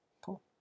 cool